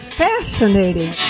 fascinating